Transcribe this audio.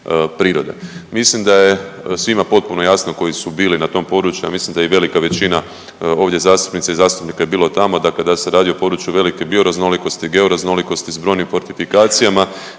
Mislim da je svima potpuno jasno koji su bili na tom području, ja mislim da i velika većina ovdje zastupnika i zastupnica je bila tamo. Dakle, da se radi o području velike bioraznolikosti, georaznolikosti s brojnim fortifikacijama